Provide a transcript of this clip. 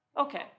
Okay